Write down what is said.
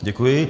Děkuji.